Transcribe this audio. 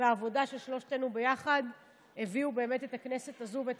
והעבודה של שלושתנו יחד הביאו באמת את הכנסת הזאת ואת